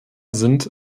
sind